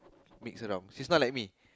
mix around she's not like me